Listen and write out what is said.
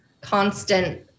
constant